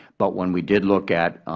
but when we did look at